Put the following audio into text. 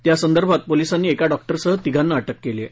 यासंदर्भात पोलीसांनी एका डॉक्टरसह तीघांना अटक केली आहे